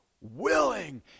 willing